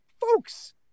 folks